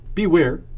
beware